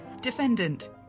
Defendant